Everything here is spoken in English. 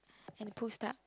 and pull stop